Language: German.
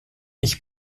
ich